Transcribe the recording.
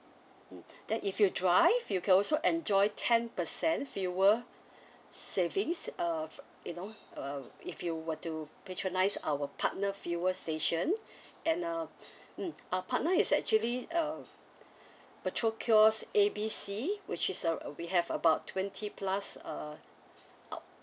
mm then if you drive you can also enjoy ten percent fuel savings uh f~ you know uh if you were to patronise our partner fuel station and uh mm our partner is actually uh petrol kiosk A B C which is a we have about twenty plus uh out~